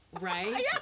Right